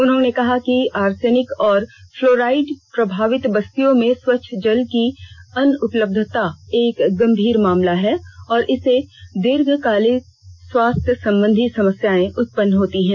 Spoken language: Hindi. उन्होंने कहा कि आर्सेनिक और फ्लोराइड प्रभावित बस्तियों में स्वच्छ जल की अनुपलब्धता एक गंभीर मामला है और इससे दीर्घकालिक स्वास्थ्य संबंधी समस्याएं उत्पन्न होती हैं